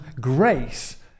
grace